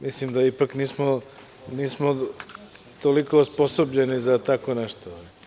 Mislim da ipak nismo toliko osposobljeni za tako nešto.